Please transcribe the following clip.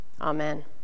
Amen